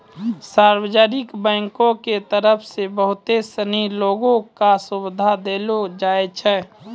सार्वजनिक बैंको के तरफ से बहुते सिनी लोगो क सुविधा देलो जाय छै